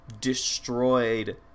destroyed